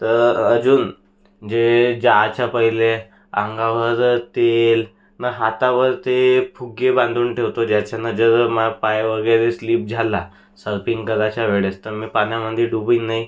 तर अजून जे ज्याच्या पहिले अंगावर तेल न् हातावर ते फुगे बांधून ठेवतो ज्याच्यानं जेव्हा मा पाय वगैरे स्लिप झाला सरफिंग कराच्या वेळेस तर मी पाण्यामध्ये डुबीन नाही